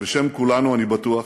בשם כולנו, אני בטוח,